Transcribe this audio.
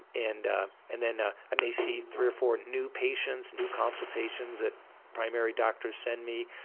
and and then ah i may see three or four new patients, new consultations that primary doctors send me.